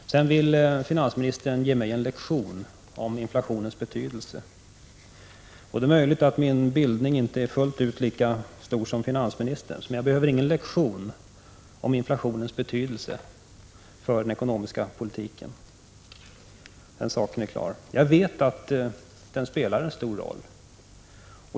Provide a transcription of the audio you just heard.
Så ville finansministern ge mig en lektion om inflationens betydelse. Det är möjligt att min bildning inte är fullt lika stor som finansministerns, men jag behöver ingen lektion om inflationens betydelse för den ekonomiska politiken, den saken är klar. Jag vet att den spelar en stor roll.